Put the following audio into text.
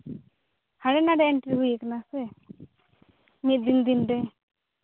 ᱦᱟᱸᱰᱮᱼᱱᱷᱟᱰᱮ entry ᱦᱩᱭ ᱠᱟᱱᱟ ᱥᱮ ᱢᱤᱫ ᱫᱤᱱ ᱫᱤᱱ ᱛᱮ